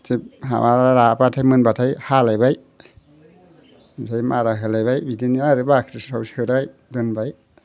जों राब्लाथाय मोनब्लाथाय हालायबाय ओमफ्राय मारा होलायबाय बिदिनो आरो बाख्रिफ्राव सोबाय दोनबाय